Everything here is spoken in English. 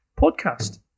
podcast